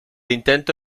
intento